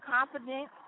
Confident